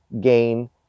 gain